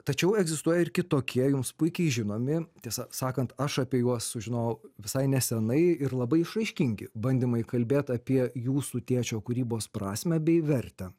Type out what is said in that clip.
tačiau egzistuoja ir kitokie jums puikiai žinomi tiesą sakant aš apie juos sužinojau visai nesenai ir labai išraiškingi bandymai kalbėt apie jūsų tėčio kūrybos prasmę bei vertę